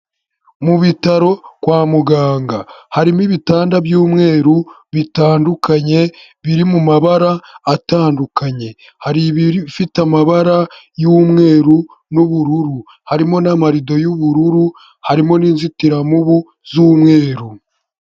Mu bitaro kwa muganga, harimo ibitanda by'umweru bitandukanye, biri mu mabara atandukanye, hari ibifite amabara y'umweru n'ubururu, harimo n'amarido y'ubururu, harimo n'inzitiramubu z'umweru.